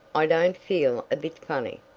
i don't feel a bit funny.